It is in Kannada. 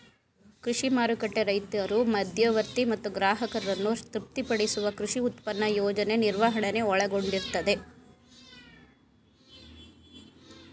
ಕೃಷಿ ಮಾರುಕಟ್ಟೆ ರೈತರು ಮಧ್ಯವರ್ತಿ ಮತ್ತು ಗ್ರಾಹಕರನ್ನು ತೃಪ್ತಿಪಡಿಸುವ ಕೃಷಿ ಉತ್ಪನ್ನ ಯೋಜನೆ ನಿರ್ವಹಣೆನ ಒಳಗೊಂಡಿರ್ತದೆ